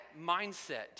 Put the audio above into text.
mindset